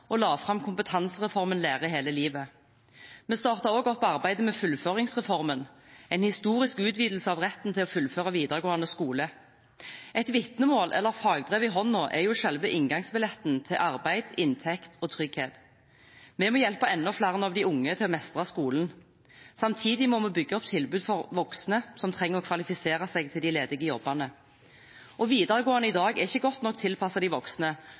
og la fram Kompetansereformen – Lære hele livet, Meld. St. 14 for 2019–2020. Vi startet også opp arbeidet med fullføringsreformen – en historisk utvidelse av retten til å fullføre videregående skole. Et vitnemål eller fagbrev i hånden er selve inngangsbilletten til arbeid, inntekt og trygghet. Vi må hjelpe enda flere av de unge til å mestre skolen. Samtidig må vi bygge opp tilbud for voksne som trenger å kvalifisere seg til de ledige jobbene. Videregående er i dag ikke godt nok tilpasset de voksne